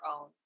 own